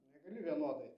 negali vienodai